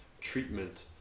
treatment